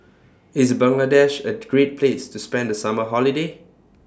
IS Bangladesh A Great Place to spend The Summer Holiday